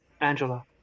Angela